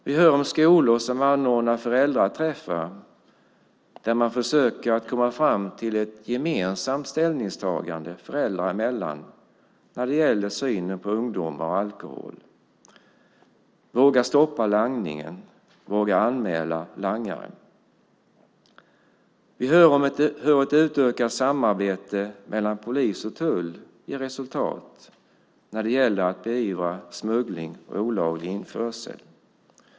Vi hör om skolor som anordnar föräldraträffar där man försöker komma fram till ett gemensamt ställningstagande föräldrar emellan när det gäller synen på ungdomar och alkohol. Våga stoppa langningen! Våga anmäla langare! Vi hör om att ett utökat samarbete mellan polis och tull ger resultat när det gäller att beivra smuggling och olaglig införsel.